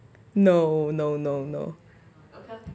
no no no no